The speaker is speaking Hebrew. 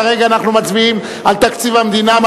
כרגע אנחנו מצביעים על תקציב המדינה.